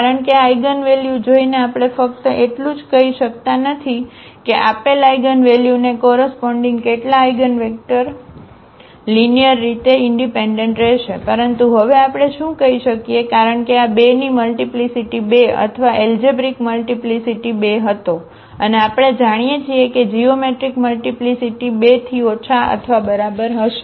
કારણ કે આ આઇગનવેલ્યુ જોઈને આપણે ફક્ત એટલું જ કહી શકતા નથી કે આપેલ આઇગનવેલ્યુ ને કોરસપોન્ડીગ કેટલા આઇગનવેક્ટર લીનીઅરરીતે ઇનડિપેન્ડન્ટ રહેશે પરંતુ હવે આપણે શું કહી શકીએ કારણ કે આ 2 ની મલ્ટીપ્લીસીટી 2 અથવા એલજેબ્રિક મલ્ટીપ્લીસીટી 2 હતો અને આપણે જાણીએ છીએ કે જીઓમેટ્રિક મલ્ટીપ્લીસીટી 2 થી ઓછા અથવા બરાબર હશે